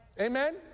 Amen